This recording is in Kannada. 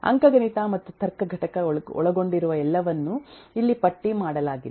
ಅಂಕಗಣಿತ ಮತ್ತು ತರ್ಕ ಘಟಕ ಒಳಗೊಂಡಿರುವ ಎಲ್ಲವನ್ನೂ ಇಲ್ಲಿ ಪಟ್ಟಿ ಮಾಡಲಾಗಿಲ್ಲ